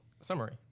summary